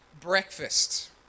Breakfast